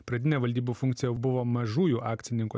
pradinė valdybų funkcija buvo mažųjų akcininkų